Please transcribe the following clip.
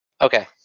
Okay